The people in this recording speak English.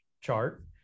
chart